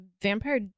vampire